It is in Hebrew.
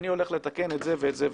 אני הולך לתקן את זה ואת זה,